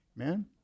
Amen